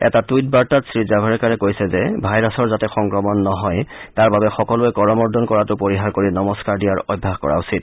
এই টুইট বাৰ্তাত শ্ৰীজাভাড়েকাৰে কৈছে যে ভাইৰাছৰ যাতে সংক্ৰমণ নহয় তাৰ বাবে সকলোৱে কৰমৰ্দন কৰাটো পৰিহাৰ কৰি নমস্বাৰ দিয়াৰ অভ্যাস কৰা উচিত